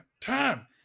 time